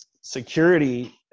security